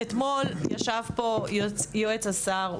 אתמול ישב פה יועץ השר.